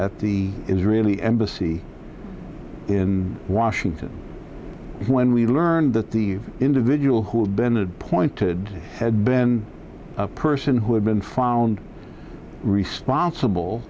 at the israeli embassy in washington when we learned that the individual who had been appointed had been a person who had been found responsible